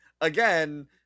again